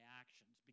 actions